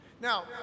Now